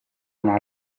una